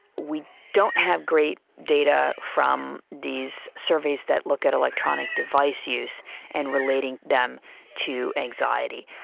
we don't have great data from these surveys that look at electronic device use and relating them to anxiety.